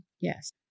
Yes